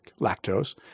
lactose